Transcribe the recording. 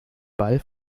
ball